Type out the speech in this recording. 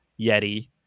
Yeti